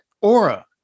aura